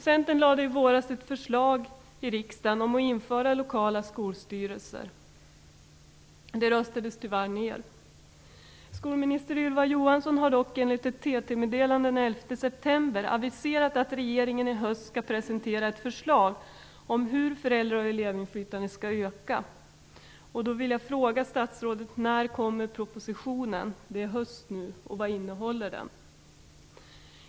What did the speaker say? Centern lade i våras fram ett förslag i riksdagen om att införa lokala skolstyrelser. Det röstades tyvärr ned. Skolminister Ylva Johansson har dock enligt ett TT-meddelande den 11 september aviserat att regeringen i höst skall presentera ett förslag om hur föräldra och elevinflytande skall öka. Nu vill jag fråga statsrådet: När kommer propositionen? Det är höst nu. Och vad innehåller den?